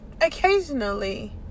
occasionally